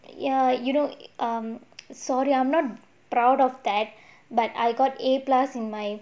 ya you know um sorry I'm not proud of that but I got a plus in my